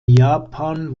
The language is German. japan